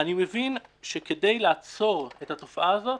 אני מבין שכדי לעצור את התופעה הזאת,